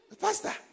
pastor